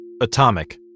Atomic